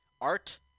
art